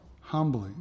Humbly